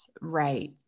Right